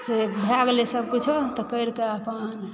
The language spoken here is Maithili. से भए गेलै सछु किछु तऽ करिके अपन